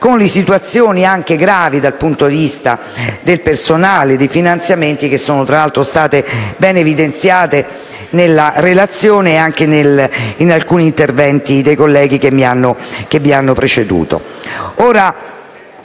con situazioni anche gravi dal punto di vista del personale e dei finanziamenti, che sono state ben evidenziate nella relazione e anche in alcuni interventi dei colleghi che mi hanno preceduto.